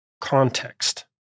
context